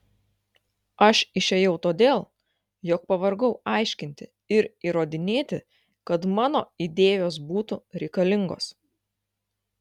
aš išėjau todėl jog pavargau aiškinti ir įrodinėti kad mano idėjos būtų reikalingos